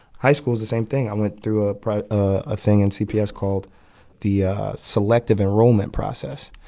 high school's the same thing. i went through a ah thing in cps called the selective enrollment process.